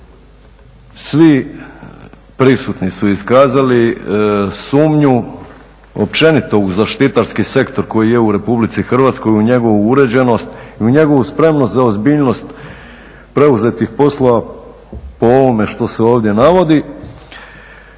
svi prisutni su iskazali sumnju općenito u zaštitarski sektor koji je u RH u njegovu uređenost i u njegovu spremnost za ozbiljnost preuzetih poslova po ovome što se ovdje navodi,